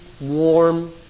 warm